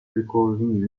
recording